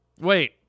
Wait